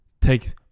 take